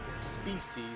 species